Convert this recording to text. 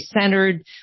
centered